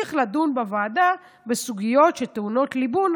נמשיך לדון בוועדה בסוגיות שטעונות ליבון,